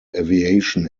aviation